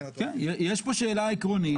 יש פה שאלה עקרונית,